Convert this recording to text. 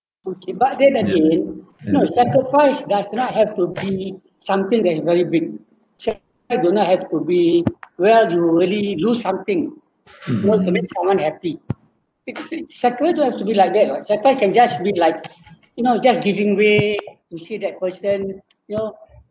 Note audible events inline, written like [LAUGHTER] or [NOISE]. okay but that that it no sacrifice does not have to be something that is very big sacrifice do not have to be where you really lose something you know that's mean someone happy [LAUGHS] sacrifice don't have to be like that [what] sometime can just be like you know just giving way to see that person you know